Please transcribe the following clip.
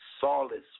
Solace